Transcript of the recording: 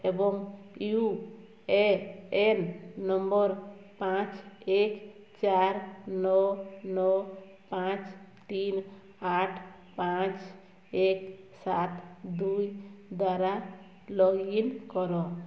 ଏବଂ U A N number ପାଞ୍ଚ ଏକ ଚାରି ନଅ ନଅ ପାଞ୍ଚ ତିନି ଆଠ ପାଞ୍ଚ ଏକ ସାତ ଦୁଇ ଦ୍ଵାରା ଲଗ୍ଇନ୍ କର